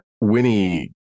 Winnie